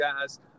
guys